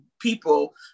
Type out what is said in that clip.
people